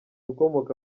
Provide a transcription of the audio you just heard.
ukomoka